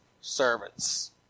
servants